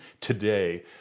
today